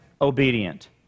obedient